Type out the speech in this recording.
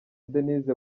denise